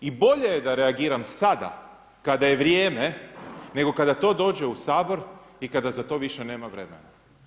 I bolje je da reagiram sada kada je vrijeme, nego kada to dođe u Sabor i kada za to više nema vremena.